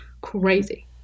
Crazy